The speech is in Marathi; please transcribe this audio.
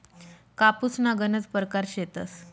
कापूसना गनज परकार शेतस